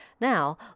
Now